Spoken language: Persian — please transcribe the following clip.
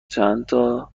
چندتا